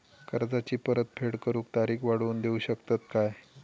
कर्जाची परत फेड करूक तारीख वाढवून देऊ शकतत काय?